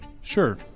Sure